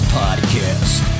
podcast